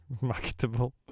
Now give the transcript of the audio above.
Marketable